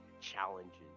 challenges